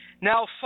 Now